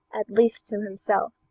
at least to himself,